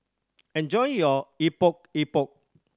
enjoy your Epok Epok